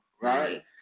Right